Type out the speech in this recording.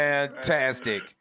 Fantastic